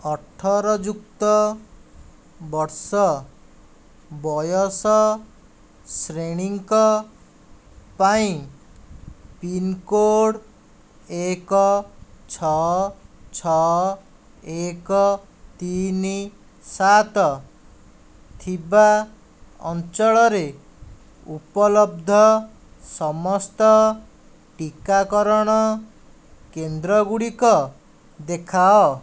ଅଠର ଯୁକ୍ତ ବର୍ଷ ବୟସ ଶ୍ରେଣୀଙ୍କ ପାଇଁ ପିନକୋଡ଼୍ ଏକ ଛଅ ଛଅ ଏକ ତିନି ସାତ ଥିବା ଅଞ୍ଚଳରେ ଉପଲବ୍ଧ ସମସ୍ତ ଟୀକାକାରଣ କେନ୍ଦ୍ର ଗୁଡ଼ିକ ଦେଖାଅ